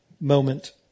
moment